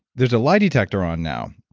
there's a lie detector on now.